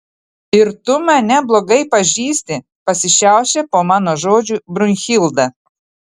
ir tu mane blogai pažįsti pasišiaušia po mano žodžių brunhilda